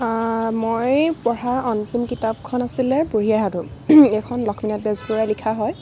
মই পঢ়া অন্তিম কিতাপখন আছিলে বুঢ়ি আইৰ সাধু এইখন লক্ষ্মীনাথ বেজবৰুৱাই লিখা হয়